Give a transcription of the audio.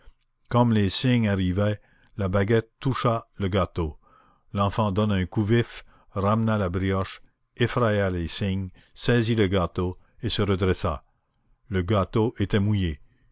comme les cygnes arrivaient la baguette toucha le gâteau l'enfant donna un coup vif ramena la brioche effraya les cygnes saisit le gâteau et se redressa le gâteau était mouillé